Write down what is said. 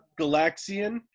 Galaxian